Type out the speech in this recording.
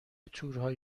تورهای